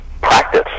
practice